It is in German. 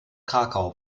krakau